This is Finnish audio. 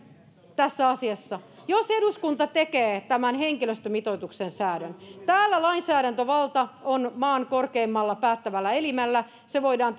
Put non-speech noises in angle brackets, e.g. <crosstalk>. tässä asiassa jos eduskunta tekee tämän henkilöstömitoituksen säädön niin kun täällä lainsäädäntövalta on maan korkeimmalla päättävällä elimellä se voidaan <unintelligible>